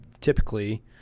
typically